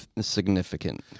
significant